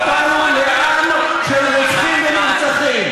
החזקת השטחים תהפוך אותנו לעם של רוצחים ונרצחים".